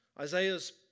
Isaiah's